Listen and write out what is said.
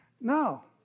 No